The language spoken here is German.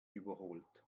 überholt